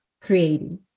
creating